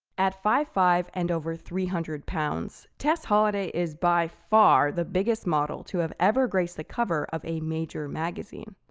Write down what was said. at five zero five and over three hundred pounds, tess holliday is by far the biggest model to have ever graced the cover of a major magazine.